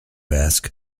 ask